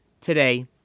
today